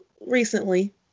recently